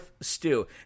stew